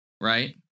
Right